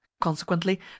consequently